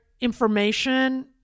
information